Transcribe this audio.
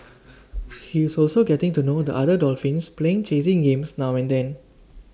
he is also getting to know the other dolphins playing chasing games now and then